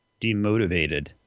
demotivated